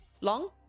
long